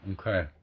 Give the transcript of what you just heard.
Okay